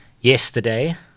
Yesterday